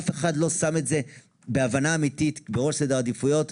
אף אחד לא שם את זה בהבנה אמיתית בראש סדר העדיפויות.